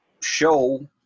show